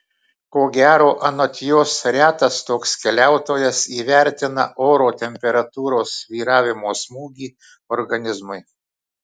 ko gero anot jos retas toks keliautojas įvertina oro temperatūros svyravimo smūgį organizmui